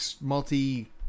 multi-